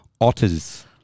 otters